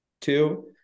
two